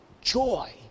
joy